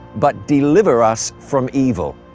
but deliver us from evil.